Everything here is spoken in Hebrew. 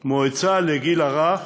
מועצה לגיל הרך,